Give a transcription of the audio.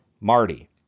Marty